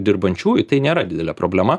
dirbančiųjų tai nėra didelė problema